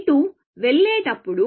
ఇటు వెళ్ళేటప్పుడు